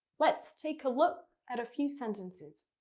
let's take a look at a few sentences.